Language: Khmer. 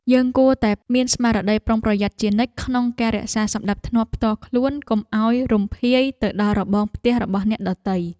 យើងគួរតែមានស្មារតីប្រុងប្រយ័ត្នជានិច្ចក្នុងការរក្សាសណ្តាប់ធ្នាប់ផ្ទាល់ខ្លួនកុំឱ្យរំភាយទៅដល់របងផ្ទះរបស់អ្នកដទៃ។